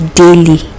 daily